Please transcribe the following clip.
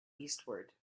eastward